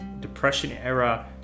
depression-era